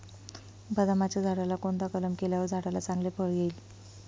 बदामाच्या झाडाला कोणता कलम केल्यावर झाडाला चांगले फळ येईल?